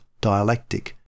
dialectic